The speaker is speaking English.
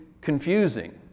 confusing